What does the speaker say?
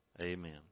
amen